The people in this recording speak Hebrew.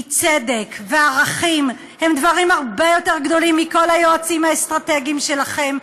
כי צדק וערכים הם דברים הרבה יותר גדולים מכל היועצים האסטרטגיים שלכם,